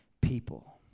people